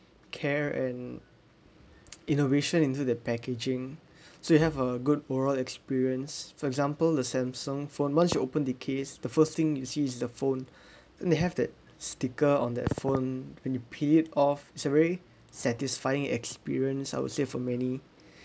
care and innovation into that packaging so you have a good overall experience for example the Samsung phone once you open the case the first thing you see is the phone and they have that sticker on that phone when you peel it off it's very satisfying experience I would say for many